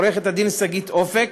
עורכת-הדין שגית אפיק,